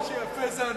מה שיפה זה הנופך,